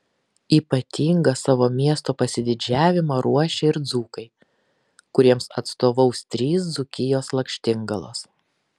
ypatingą savo miesto pasididžiavimą ruošia ir dzūkai kuriems atstovaus trys dzūkijos lakštingalos